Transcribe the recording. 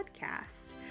Podcast